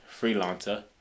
freelancer